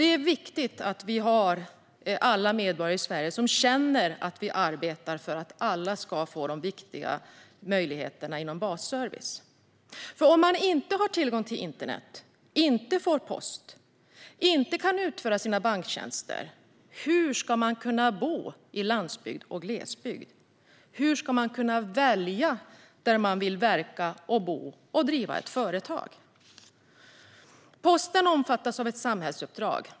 Det är viktigt att alla medborgare i Sverige känner att vi arbetar för att alla ska få de viktiga möjligheter som ingår i basservicen. Om man inte har tillgång till internet, inte får post och inte kan utföra sina banktjänster, hur ska man kunna bo på landsbygden och i glesbygd? Hur ska man kunna välja var man vill verka, bo och driva företag? Posten omfattas av ett samhällsuppdrag.